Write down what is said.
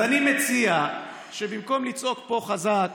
אז אני מציע שבמקום לצעוק פה חזק,